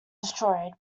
destroyed